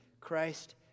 Christ